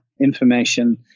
information